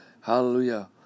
Hallelujah